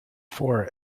for